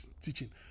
teaching